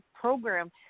program